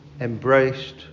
embraced